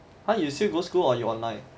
!huh! you still go school or you online